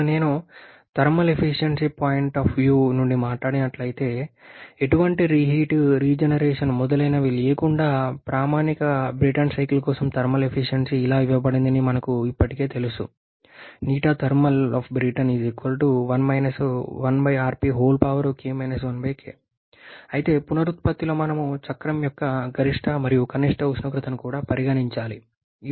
ఇప్పుడు నేను thermal efficiency point of view నుండి మాట్లాడినట్లయితే ఎటువంటి రీహీట్ రీజెనరేషన్ మొదలైనవి లేకుండా ప్రామాణిక బ్రేటన్ సైకిల్ కోసం థర్మల్ ఎఫిషియెన్సీ ఇలా ఇవ్వబడిందని మాకు ఇప్పటికే తెలుసు అయితే పునరుత్పత్తిలో మనం చక్రం యొక్క గరిష్ట మరియు కనిష్ట ఉష్ణోగ్రతను కూడా పరిగణించాలి